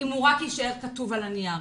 הוא רק יישאר כתוב על הנייר.